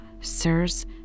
sirs